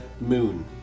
Moon